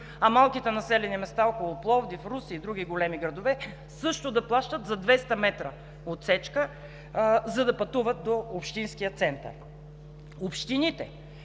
Малките населени места около Пловдив, Русе и други големи градове също да плащат за 200 метра отсечка, за да пътуват до общинския център. Общините